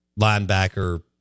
linebacker